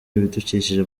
ibidukikije